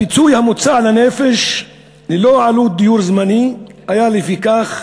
הפיצוי המוצע לנפש ללא עלות דיור זמני היה לפיכך